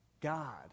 God